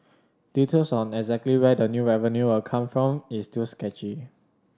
details of exactly where the new revenue will come from is still sketchy